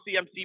CMC